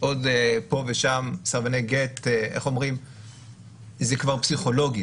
פה ושם יש כמה סרבני גט שזה כבר פסיכולוגי,